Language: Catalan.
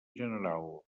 general